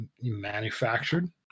manufactured